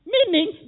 Meaning